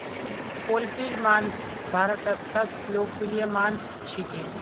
पोल्ट्रीर मांस भारतत सबस लोकप्रिय मांस छिके